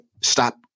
stop